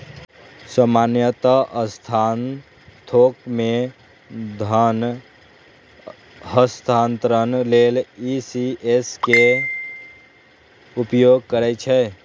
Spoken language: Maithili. सामान्यतः संस्थान थोक मे धन हस्तांतरण लेल ई.सी.एस के उपयोग करै छै